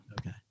Okay